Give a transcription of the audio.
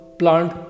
plant